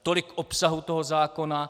Tolik k obsahu toho zákona.